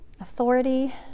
authority